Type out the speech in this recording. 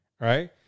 Right